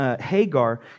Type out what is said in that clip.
Hagar